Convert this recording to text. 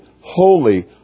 holy